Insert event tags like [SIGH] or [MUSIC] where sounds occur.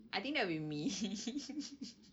I think that will be me [LAUGHS]